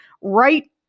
right